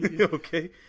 Okay